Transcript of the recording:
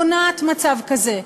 מונעת מצב כזה.